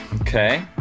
Okay